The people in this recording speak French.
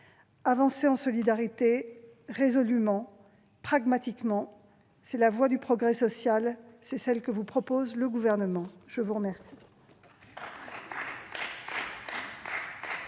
Avancer en solidarité, résolument, pragmatiquement, c'est la voie du progrès social : c'est celle que vous propose le Gouvernement. Nos deux